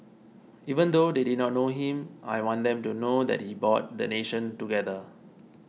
even though they did not know him I want them to know that he brought the nation together